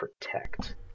protect